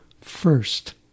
first